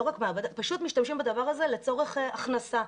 לא רק מעבדה, פשוט משתמשים בדבר הזה לצורך הכנסה.